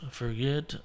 forget